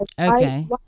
okay